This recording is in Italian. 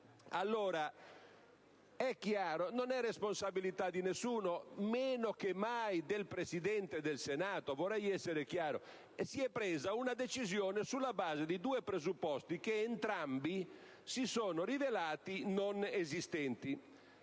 Allora - non è responsabilità di nessuno, meno che mai del Presidente del Senato: vorrei che fosse chiaro questo punto - si è assunta una decisione sulla base di due presupposti che entrambi si sono rivelati non esistenti.